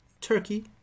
Turkey